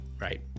right